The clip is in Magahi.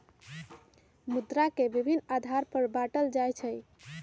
मुद्रा के विभिन्न आधार पर बाटल जाइ छइ